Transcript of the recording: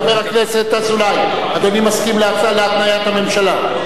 חבר הכנסת אזולאי, אדוני מסכים להתניית הממשלה?